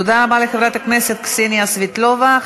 תודה רבה לחברת הכנסת קסניה סבטלובה.